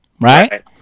Right